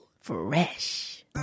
Fresh